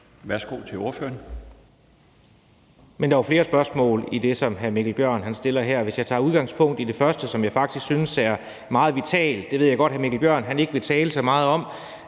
Værsgo til ordføreren.